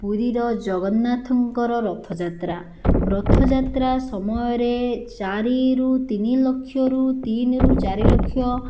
ପୁରୀର ଜଗନ୍ନାଥଙ୍କର ରଥଯାତ୍ରା ରଥଯାତ୍ରା ସମୟରେ ଚାରିରୁ ତିନିଲକ୍ଷରୁ ତିନିରୁ ଚାରିଲକ୍ଷ